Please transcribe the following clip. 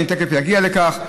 אני תכף אגיע לכך.